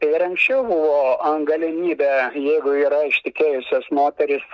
ir anksčiau buvo galimybė jeigu yra ištekėjusios moterys